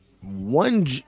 one